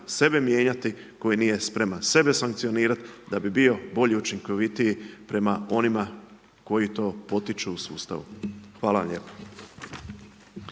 sebe mijenjati, koji nije sebe sankcionirati, da bi bio bolji, učinkovitiji, prema onima koji to potiču u sustavu. Hvala lijepo.